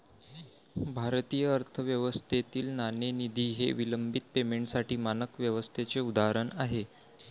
भारतीय अर्थव्यवस्थेतील नाणेनिधी हे विलंबित पेमेंटसाठी मानक व्यवस्थेचे उदाहरण आहे